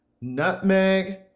nutmeg